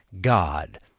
God